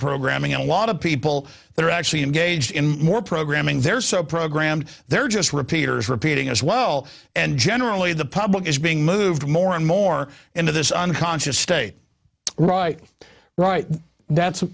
programming and a lot of people that are actually engaged in more programming they're so programmed they're just repeaters repeating as well and generally the public is being moved more and more into this unconscious state right right that's